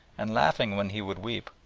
and laughing when he would weep,